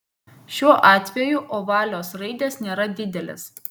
šiuo atveju ovalios raidės nėra didelės